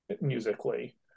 musically